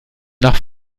nach